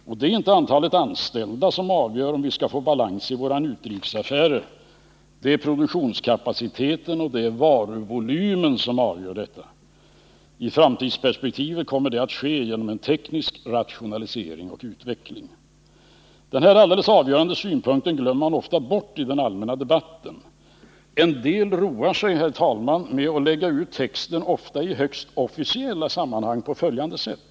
Och det är inte antalet anställda som avgör om vi skall få balans i våra utrikes affärer. Det är produktionskapaciteten och varuvolymen som avgör detta. I framtidsperspektivet kommer detta att ske genom en teknisk utveckling och rationalisering. Den här alldeles avgörande synpunkten glömmer man ofta bort i den allmänna debatten. En del roar sig, herr talman, med att lägga ut texten, ofta i högst officiella sammanhang, på följande sätt.